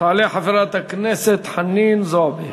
תעלה חברת הכנסת חנין זועבי,